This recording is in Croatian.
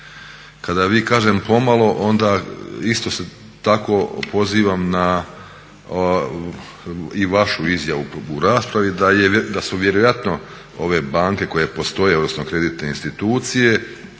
Kada vi kažem pomalo, onda isto se tako pozivam na i vašu izjavu u raspravi da su vjerojatno ove banke koje postoje odnosno kreditne institucije,